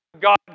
God